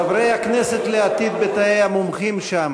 חברי הכנסת לעתיד בתאי המומחים שם,